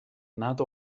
nad